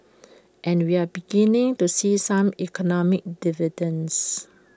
and we are beginning to see some economic dividends